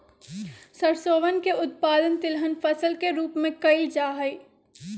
सरसोवन के उत्पादन तिलहन फसल के रूप में कइल जाहई